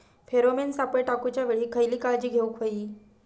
Pheromone सापळे टाकूच्या वेळी खयली काळजी घेवूक व्हयी?